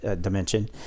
dimension